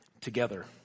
together